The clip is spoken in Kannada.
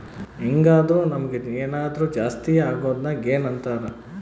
ಹೆಂಗಾದ್ರು ನಮುಗ್ ಏನಾದರು ಜಾಸ್ತಿ ಅಗೊದ್ನ ಗೇನ್ ಅಂತಾರ